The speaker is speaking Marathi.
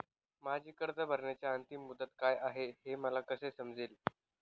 माझी कर्ज भरण्याची अंतिम मुदत काय, हे मला कसे समजेल?